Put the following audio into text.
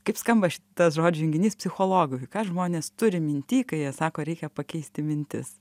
kaip skamba šitas žodžių junginys psichologui ką žmonės turi minty kai jie sako reikia pakeisti mintis